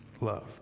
love